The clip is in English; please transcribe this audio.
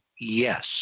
yes